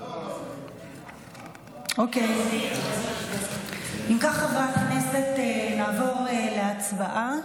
אם כך, חברי הכנסת, נעבור להצבעה.